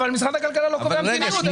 אבל משרד הכלכלה לא קובע מדיניות.